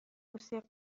موسیقی